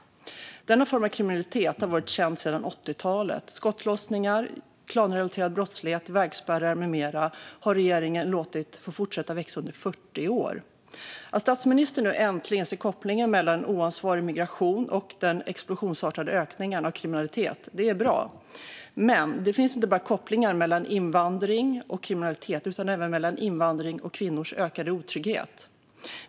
Denna form av kriminalitet har varit känd sedan 80-talet. Skottlossningar, klanrelaterad brottslighet, vägspärrar med mera har regeringen låtit få fortsätta att växa under 40 år. Att statsministern nu äntligen ser kopplingen mellan oansvarig migration och den explosionsartade ökningen av kriminalitet är bra, men det finns inte bara kopplingar mellan invandring och kriminalitet utan även mellan invandring och kvinnors ökade otrygghet.